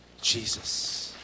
Jesus